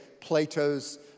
Plato's